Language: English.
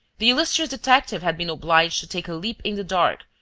the illustrious detective had been obliged to take a leap in the dark,